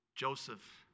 Joseph